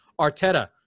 Arteta